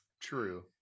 true